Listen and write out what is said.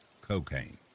cocaine